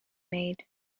made